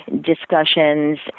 discussions